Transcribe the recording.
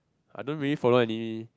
I don't really follow any